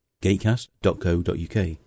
gatecast.co.uk